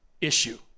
issue